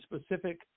specific